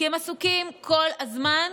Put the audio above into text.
כי הם עסוקים כל הזמן